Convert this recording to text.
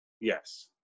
Yes